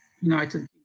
United